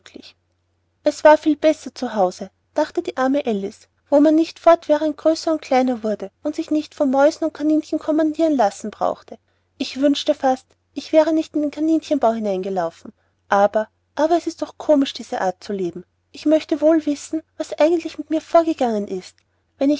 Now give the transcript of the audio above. es war viel besser zu hause dachte die arme alice wo man nicht fortwährend größer und kleiner wurde und sich nicht von mäusen und kaninchen commandiren zu lassen brauchte ich wünschte fast ich wäre nicht in den kaninchenbau hineingelaufen aber aber es ist doch komisch diese art leben ich möchte wohl wissen was eigentlich mit mir vorgegangen ist